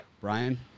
Brian